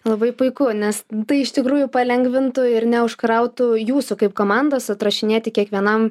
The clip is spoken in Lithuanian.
labai puiku nes tai iš tikrųjų palengvintų ir neužkrautų jūsų kaip komandos atrašinėti kiekvienam